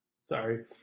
Sorry